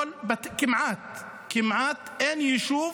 ואין כמעט יישוב